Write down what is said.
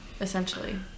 essentially